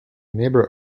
neighbour